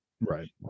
Right